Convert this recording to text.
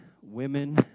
women